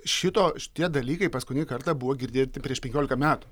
šito šitie dalykai paskutinį kartą buvo girdėti prieš penkiolika metų